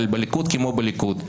אבל בליכוד כמו בליכוד,